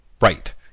Right